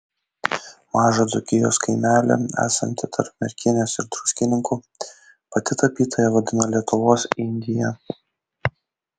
mažą dzūkijos kaimelį esantį tarp merkinės ir druskininkų pati tapytoja vadina lietuvos indija